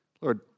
Lord